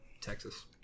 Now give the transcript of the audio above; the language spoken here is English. Texas